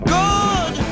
good